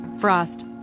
frost